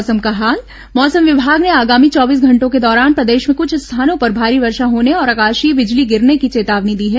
मौसम मौसम विमाग ने आगामी चौबीस घंटों के दौरान प्रदेश में कुछ स्थानों पर भारी वर्षा होने और आकाशीय बिजली गिरने की चेतावनी दी है